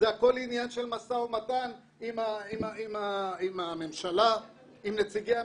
זה הכול עניין של משא ומתן עם נציגי הממשלה.